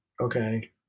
Okay